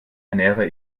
ernähre